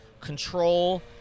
control